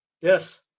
Yes